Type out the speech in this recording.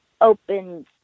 opened